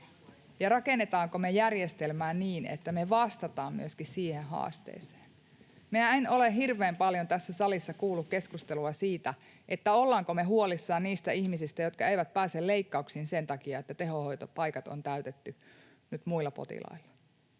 ja rakennetaanko me järjestelmää niin, että me vastataan myöskin siihen haasteeseen. En ole hirveän paljon tässä salissa kuullut keskustelua siitä, ollaanko me huolissamme niistä ihmisistä, jotka eivät pääse leikkauksiin sen takia, että tehohoitopaikat on täytetty nyt muilla potilailla.